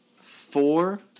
four